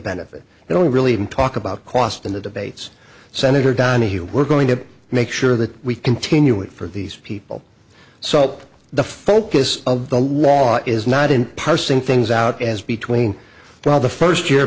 benefit and don't really even talk about cost in the debates senator donahue we're going to make sure that we continue it for these people so the focus of the law is not in parsing things out as between now the first year